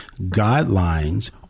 Guidelines